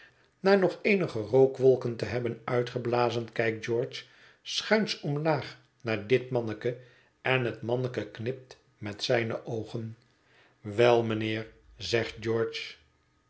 na nog eenige rookwolken te hebben uitgeblazen kijkt george schuins omlaag naar dit manneke en het manneke knipt met zijne oogen wel mijnheer zegt george